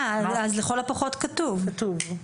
אה, "לכל הפחות" כתוב.